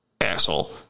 Asshole